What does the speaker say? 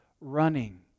running